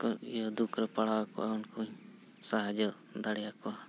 ᱤᱭᱟᱹ ᱫᱩᱠ ᱨᱮ ᱯᱟᱲᱟᱣ ᱠᱚᱣᱟ ᱩᱱᱠᱩᱧ ᱥᱟᱦᱟᱡᱽᱡᱚ ᱫᱟᱲᱮ ᱟᱠᱚᱣᱟ